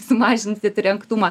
sumažinti trenktumą